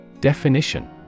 Definition